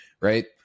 right